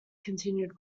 continued